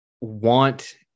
want